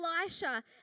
Elisha